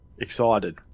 excited